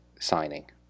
Signing